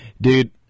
Dude